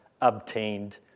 obtained